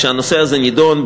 כשהנושא הזה נדון,